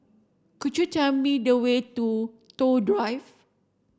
could you tell me the way to Toh Drive